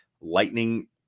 lightning